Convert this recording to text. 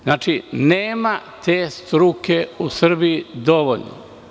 Znači, nema te struke u Srbiji dovoljno.